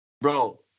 bro